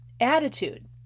attitude